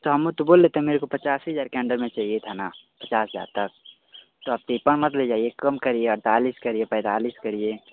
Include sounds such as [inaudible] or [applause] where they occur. तो हम तो बोले थे ना कि मेरे को पचासे हज़ार के अन्दर में चाहिए था ना पचास हज़ार तक तो आप [unintelligible] मत ले जाइए कम करिए अड़तालिस करिए पैँतालिस करिए